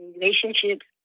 relationships